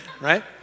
right